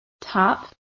top